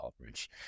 coverage